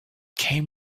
came